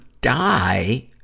die